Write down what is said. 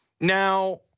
Now